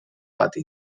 pati